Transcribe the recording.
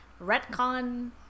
retcon